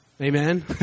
Amen